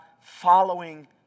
following